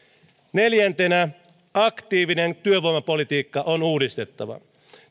neljäntenä aktiivinen työvoimapolitiikka on uudistettava